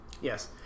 yes